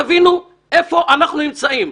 תבינו איפה אנחנו נמצאים.